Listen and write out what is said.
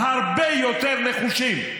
הרבה יותר נחושים.